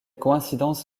coïncidence